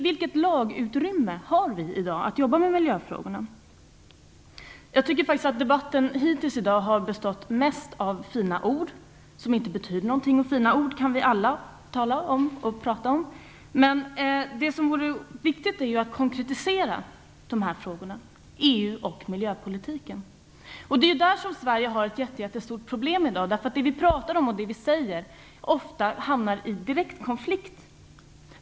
Vilket lagutrymme har vi i dag för att jobba med miljöfrågorna? Jag tycker faktiskt att debatten hittills i dag mest har bestått av fina ord som inte betyder någonting. Fina ord kan vi alla säga, men det som är viktigt är ju att konkretisera frågorna kring EU och miljöpolitiken. Det är där Sverige har ett jättestort problem i dag. Det vi säger och det vi gör hamnar ofta i direkt konflikt.